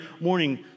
morning